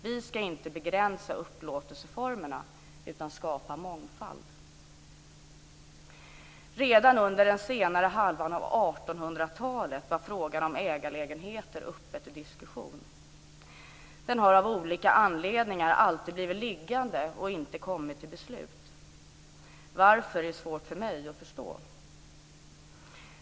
Vi skall inte begränsa upplåtelseformerna utan skapa mångfald. Redan under den senare halvan av 1800-talet var frågan om ägarlägenheter uppe till diskussion. Den har av olika anledningar alltid blivit liggande och inte kommit till beslut. Det är svårt för mig att förstå varför.